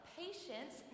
patience